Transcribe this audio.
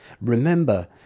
Remember